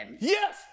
Yes